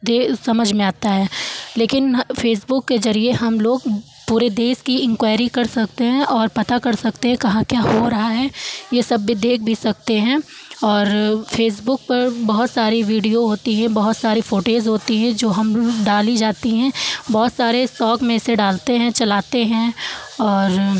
दे समझ में आता है लेकिन फ़ेसबुक के जरिए हम लोग पूरे देश की इन्क्वायरी कर सकते हैं और पता कर सकते हैं कहाँ क्या हो रहा है ये सब भी देख भी सकते हैं और फ़ेसबुक पर बहुत सारी वीडियो होती है बहुत सारी फोटेज होती है जो हम डाली जाती हैं बहुत सारे शौक में से डालते हैं चलाते हैं और